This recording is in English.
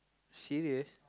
serious